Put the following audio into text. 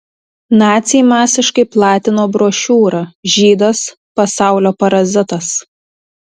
naciai masiškai platino brošiūrą žydas pasaulio parazitas